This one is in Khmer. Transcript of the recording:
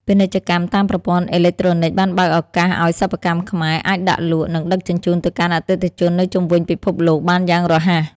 ពាណិជ្ជកម្មតាមប្រព័ន្ធអេឡិចត្រូនិកបានបើកឱកាសឱ្យសិប្បកម្មខ្មែរ អាចដាក់លក់ និងដឹកជញ្ជូនទៅកាន់អតិថិជននៅជុំវិញពិភពលោកបានយ៉ាងរហ័ស។